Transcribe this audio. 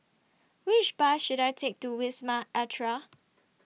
Which Bus should I Take to Wisma Atria